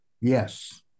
Yes